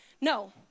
no